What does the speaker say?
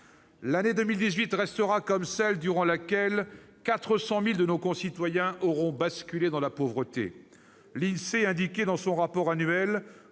L'année 2018 restera l'année durant laquelle 400 000 de nos concitoyens auront basculé dans la pauvreté. L'Insee indiquait dans son rapport annuel